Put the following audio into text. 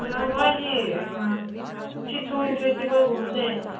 ꯅꯍꯥꯟꯋꯥꯏꯗꯤ ꯁꯤꯠ ꯁꯣꯋꯤꯡ ꯐꯦꯁꯇꯤꯚꯦꯜꯒꯨꯝꯕꯁꯦ